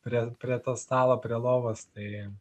prie prie to stalo prie lovos tai